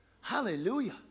hallelujah